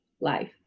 life